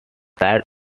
site